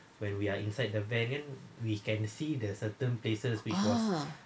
ah